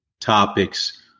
topics